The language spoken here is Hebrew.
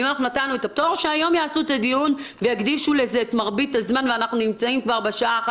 אם הדיון יתמשך והתקנות לשעת חירום